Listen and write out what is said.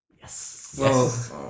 Yes